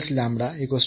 तर आपल्याकडे आहे